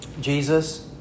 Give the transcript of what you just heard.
Jesus